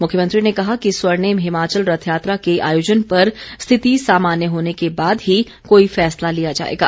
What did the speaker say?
मुख्यमंत्री ने कहा कि स्वर्णिम हिमाचल रथ यात्रा के आयोजन पर स्थिति सामान्य होने के बाद ही कोई फैसला लिया जाएगा